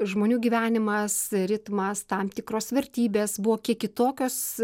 žmonių gyvenimas ritmas tam tikros vertybės buvo kiek kitokios